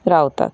रावतात